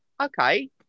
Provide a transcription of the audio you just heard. okay